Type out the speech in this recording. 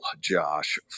josh